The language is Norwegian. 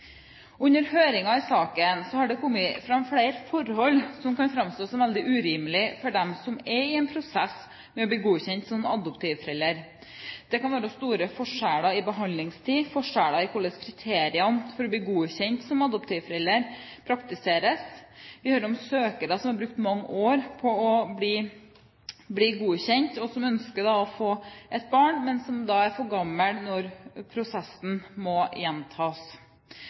Under høringen i saken har det kommet fram flere forhold som kan framstå som veldig urimelige for dem som er i en prosess for å bli godkjent som adoptivforeldre. Det kan være store forskjeller i behandlingstiden og forskjeller i hvordan kriteriene for å bli godkjent som adoptivforelder praktiseres. Vi hører om søkere som har brukt mange år på å bli godkjent, som ønsker å få barn, men som er for gamle når prosessen må gjentas.